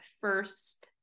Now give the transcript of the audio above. first